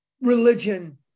religion